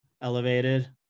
elevated